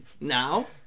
Now